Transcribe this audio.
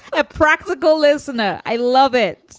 a practical lesson. ah i love it.